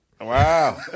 Wow